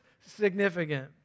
significant